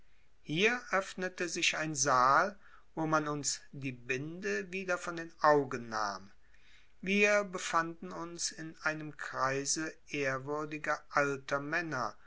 hier öffnete sich ein saal wo man uns die binde wieder von den augen nahm wir befanden uns in einem kreise ehrwürdiger alter männer